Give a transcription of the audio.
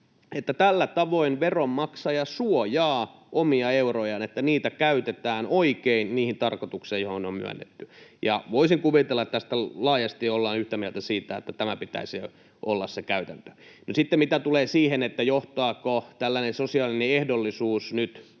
Tällä tavoin veronmaksaja suojaa omia eurojaan, että niitä käytetään oikein siihen tarkoitukseen, mihin ne on myönnetty. Voisin kuvitella, että laajasti ollaan yhtä mieltä siitä, että tämän pitäisi olla se käytäntö. No sitten, mitä tulee siihen, johtaako tällainen sosiaalinen ehdollisuus nyt